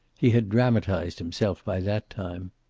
he had dramatized himself by that time.